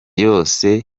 yose